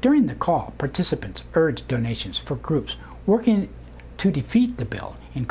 during the call participants urged donations for groups working to defeat the bill in